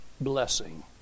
Blessing